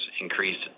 increased